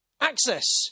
Access